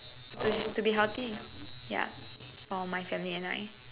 to to be healthy ya for my family and I